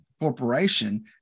corporation